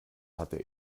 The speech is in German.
hatte